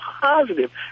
positive